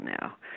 now